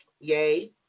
Yay